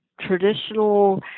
traditional